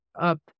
up